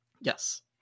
yes